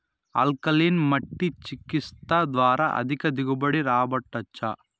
alkaline మట్టి చికిత్స ద్వారా అధిక దిగుబడి రాబట్టొచ్చా